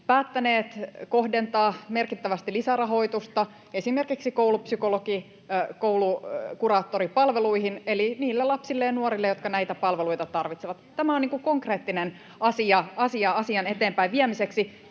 päättäneet kohdentaa merkittävästi lisärahoitusta esimerkiksi koulupsykologi- ja koulukuraattoripalveluihin eli niille lapsille ja nuorille, jotka näitä palveluita tarvitsevat. Tämä on konkreettinen asia asian eteenpäinviemiseksi.